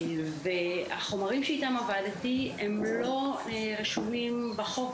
החומרים שאיתם עבדתי הם לא רשומים בחוק